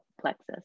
plexus